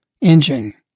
engine